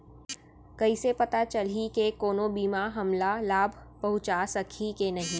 कइसे पता चलही के कोनो बीमा हमला लाभ पहूँचा सकही के नही